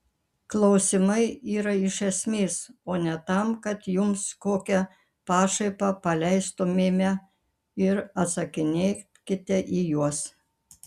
klausimai yra iš esmės o ne tam kad jums kokią pašaipą paleistumėme ir atsakinėkite į juos